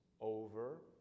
over